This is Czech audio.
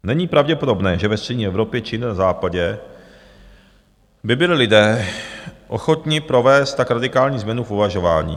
Není pravděpodobné, že ve střední Evropě či na Západě by byli lidé ochotni provést tak radikální změnu v uvažování.